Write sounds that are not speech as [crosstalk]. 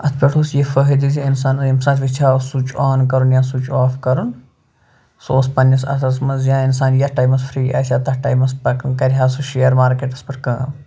اَتھ پٮ۪ٹھ اوس یہِ فٲہدٕ زِ اِنسانَن ییٚمۍ ساتہٕ وٕچھیو سُچ آن کَرُن یا سُچ آف کَرُن سُہ اوس پنٛنِس اَتھَس منٛز یا اِنسان یَتھ ٹایمَس فرٛی آسہِ ہا تَتھ ٹایمَس [unintelligible] کَرِہا سُہ شِیَر مارکٮ۪ٹَس پٮ۪ٹھ کٲم